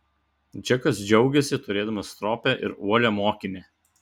džekas džiaugėsi turėdamas stropią ir uolią mokinę